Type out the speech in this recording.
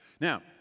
Now